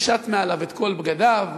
פשט מעליו את כל בגדיו,